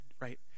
right